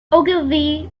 ogilvy